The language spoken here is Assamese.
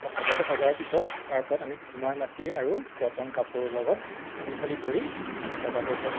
সজাটো সজাৰ পিছত তাৰ ওপৰত আমি কুমাৰ মাটি আৰু কটন কাপোৰৰ লগত মিহলি কৰি আমি সজাটোৰ ওপৰত